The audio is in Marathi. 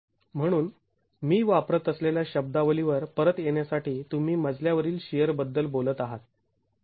म्हणून मी वापरत असलेल्या शब्दावलीवर परत येण्यासाठी तुम्ही मजल्या वरील शिअर बद्दल बोलत आहात